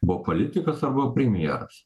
buvo politikas arba premjeras